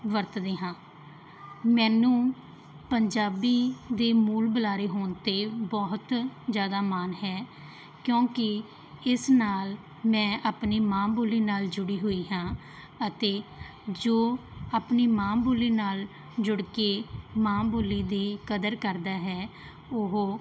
ਵਰਤਦੇ ਹਾਂ ਮੈਨੂੰ ਪੰਜਾਬੀ ਦੇ ਮੂਲ ਬੁਲਾਰੇ ਹੋਣ 'ਤੇ ਬਹੁਤ ਜ਼ਿਆਦਾ ਮਾਣ ਹੈ ਕਿਉਂਕਿ ਇਸ ਨਾਲ ਮੈਂ ਆਪਣੀ ਮਾਂ ਬੋਲੀ ਨਾਲ ਜੁੜੀ ਹੋਈ ਹਾਂ ਅਤੇ ਜੋ ਆਪਣੀ ਮਾਂ ਬੋਲੀ ਨਾਲ ਜੁੜ ਕੇ ਮਾਂ ਬੋਲੀ ਦੀ ਕਦਰ ਕਰਦਾ ਹੈ ਉਹ